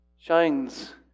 shines